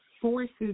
forces